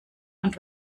und